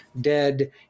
dead